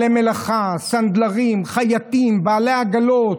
סנדלרים, חייטים, בעלי עגלות.